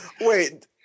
Wait